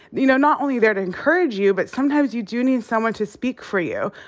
you know, not only there to encourage you but sometimes you do need someone to speak for you.